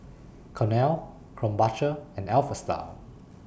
Cornell Krombacher and Alpha Style